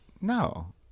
No